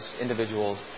individuals